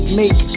make